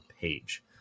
page